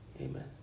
amen